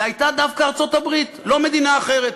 זו הייתה דווקא ארצות-הברית, לא מדינה אחרת,